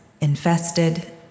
infested